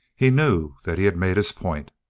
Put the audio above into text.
he knew that he had made his point.